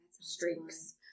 Streaks